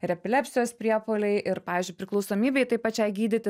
ir epilepsijos priepuoliai ir pavyzdžiui priklausomybei tai pačiai gydyti